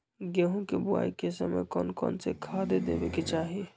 गेंहू के बोआई के समय कौन कौन से खाद देवे के चाही?